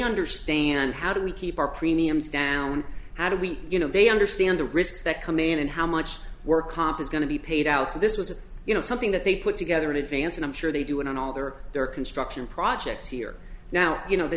they and how do we keep our premiums down how do we you know they understand the risks that come in and how much work comp is going to be paid out so this was you know something that they put together in advance and i'm sure they do and in all other there are construction projects here now you know the